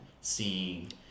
seeing